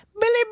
Billy